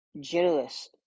generous